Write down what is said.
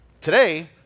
Today